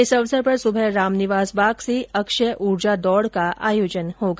इस अवसर पर सुबह रामनिवास बाग से अक्षय उर्जा दौड का आयोजन होगा